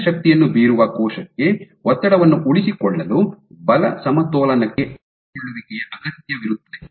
ಹೆಚ್ಚಿನ ಶಕ್ತಿಯನ್ನು ಬೀರುವ ಕೋಶಕ್ಕೆ ಒತ್ತಡವನ್ನು ಉಳಿಸಿಕೊಳ್ಳಲು ಬಲ ಸಮತೋಲನಕ್ಕೆ ಅಂಟಿಕೊಳ್ಳುವಿಕೆಯ ಅಗತ್ಯವಿರುತ್ತದೆ